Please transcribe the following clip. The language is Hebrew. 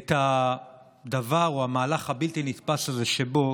את הדבר, את המהלך הבלתי-הנתפס הזה, שבו